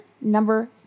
number